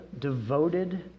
devoted